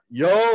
yo